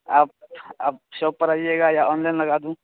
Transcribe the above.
آپ آپ شاپ پر آئیے گا یا آن لائن لگا دوں